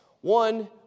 One